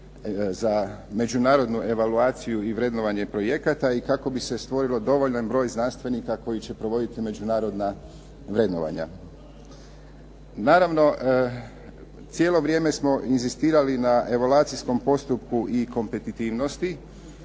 za međunarodnu evaluaciju i vrednovanje projekata i kako bi se stvorio dovoljan broj znanstvenika koji će provoditi međunarodna vrednovanja. Naravno, cijelo vrijeme smo inzistirali na evaluacijskom postupku i kompetitivnosti.